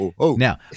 Now